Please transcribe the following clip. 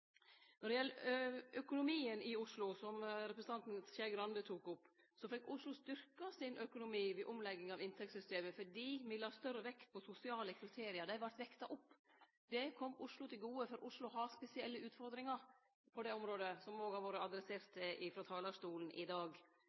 Når det gjeld økonomien i Oslo, som representanten Skei Grande tok opp, fekk Oslo styrkt sin økonomi ved omlegging av inntektssystemet fordi me la større vekt på sosiale kriterium, dei vart vekta opp. Det kom Oslo til gode, for Oslo har spesielle utfordringar på det området, som òg har vore adressert frå talarstolen i dag.